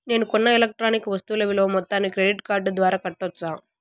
నేను కొన్న ఎలక్ట్రానిక్ వస్తువుల విలువ మొత్తాన్ని క్రెడిట్ కార్డు ద్వారా కట్టొచ్చా?